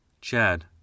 Chad